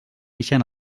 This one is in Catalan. ixen